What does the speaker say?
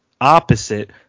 opposite